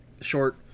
short